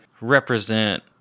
represent